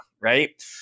right